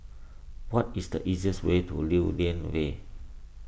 what is the easiest way to Lew Lian Vale